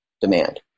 demand